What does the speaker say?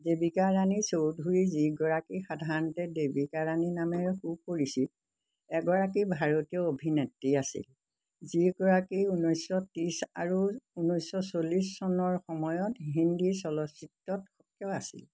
দেবিকা ৰাণী চৌধুৰী যিগৰাকী সাধাৰণতে দেবিকা ৰাণী নামেৰে সুপৰিচিত এগৰাকী ভাৰতীয় অভিনেত্ৰী আছিল যিগৰাকী ঊনৈছশ ত্ৰিছ আৰু ঊনৈছশ চল্লিছ চনৰ সময়ত হিন্দী চলচিত্ৰত সক্ৰিয় আছিল